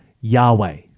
Yahweh